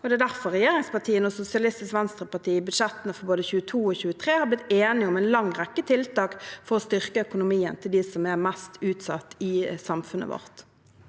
Det er derfor regjeringspartiene og Sosialistisk Venstreparti i budsjettene for både 2022 og 2023 har blitt enige om en lang rekke tiltak for å styrke økonomien til dem som er mest utsatt i samfunnet vårt.